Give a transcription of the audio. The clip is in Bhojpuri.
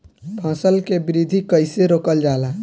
फसल के वृद्धि कइसे रोकल जाला?